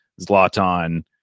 Zlatan